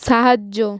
সাহায্য